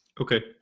Okay